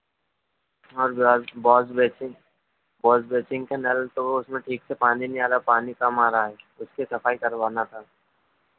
और washbasin washbasin का नल तो उसमें ठीक से पानी नहीं आ राहा पानी कम आ रहा है उसकी सफाई करवाना था